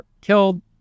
killed